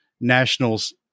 nationals